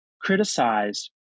criticized